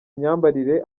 myambarire